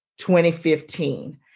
2015